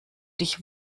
dich